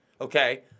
okay